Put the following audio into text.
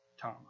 Tom